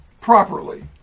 properly